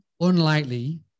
unlikely